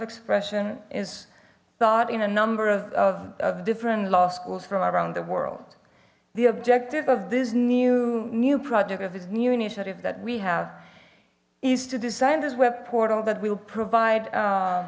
expression is thought in a number of different law schools from around the world the objective of this new new project of this new initiative that we have is to design this web portal that will provide